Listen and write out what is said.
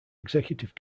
executive